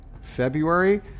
February